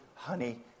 Honey